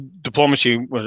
Diplomacy